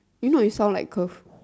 you know you sound like her